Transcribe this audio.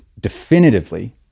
definitively